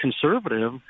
conservative